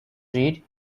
read